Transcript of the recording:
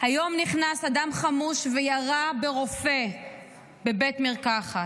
וירה ברופא בבית מרקחת,